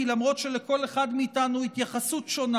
למרות שלכל אחד מאיתנו התייחסות שונה,